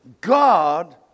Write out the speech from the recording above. God